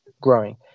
growing